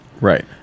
right